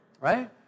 right